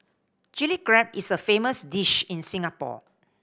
Chilli Crab is a famous dish in Singapore